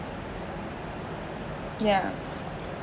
yeah